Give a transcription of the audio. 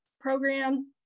program